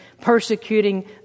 persecuting